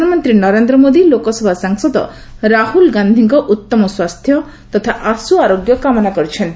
ପ୍ରଧାନମନ୍ତ୍ରୀ ନରେନ୍ଦ୍ର ମୋଦୀ ଲୋକସଭା ସାଂସଦ ରାହୁଲ ଗାନ୍ଧିଙ୍କ ଉତ୍ତମ ସ୍ୱାସ୍ଥ୍ୟ ତଥା ଆଶୁଆରୋଗ୍ୟ କାମନା କରିଛନ୍ତି